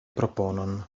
proponon